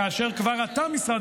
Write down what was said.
כאשר כבר עתה משרד